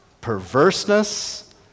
perverseness